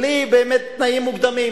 בלי באמת תנאים מוקדמים.